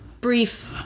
brief